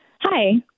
Hi